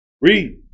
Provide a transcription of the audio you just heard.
Read